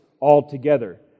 altogether